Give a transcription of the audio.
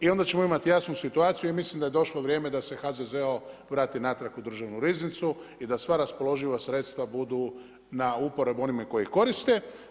I onda ćemo imati jasnu situaciju i mislim da je došlo vrijeme da se HZZO vrati natrag u državnu riznicu, i da sva raspoloživa sredstva budu na uporabu onih koji ih koriste.